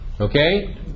Okay